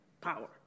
power